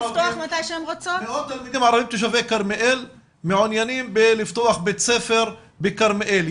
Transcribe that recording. מאות תלמידים ערבים תושבי כרמיאל מעוניינים לפתוח בית ספר בכרמיאל.